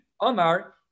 Omar